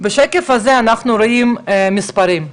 אנחנו רואים מספרים,